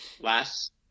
last